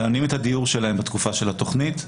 מממנים את הדיור שלהם בתקופה של התכנית,